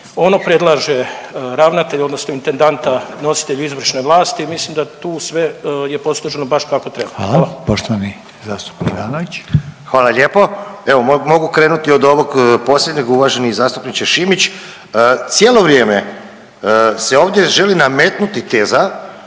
Ono predlaže ravnatelju odnosno intendanta nositelju izvršene vlasti i mislim da tu sve je posloženo baš kako treba. Hvala. **Reiner, Željko (HDZ)** Poštovani zastupnik Ivanović. **Ivanović, Goran (HDZ)** Hvala lijepo. Evo mogu krenuti od ovog posljednje uvaženi zastupniče Šimić, cijelo vrijeme se ovdje želi nametnuti teza